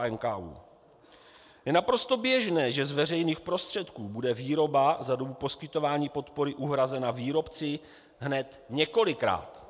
Je naprosto běžné, že z veřejných prostředků bude výroba za dobu poskytování podpory uhrazena výrobci hned několikrát.